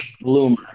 bloomer